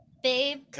Babe